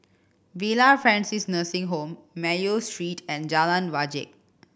Villa Francis Nursing Home Mayo Street and Jalan Wajek